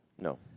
No